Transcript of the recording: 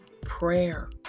prayer